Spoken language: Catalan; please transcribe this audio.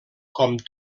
com